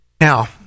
Now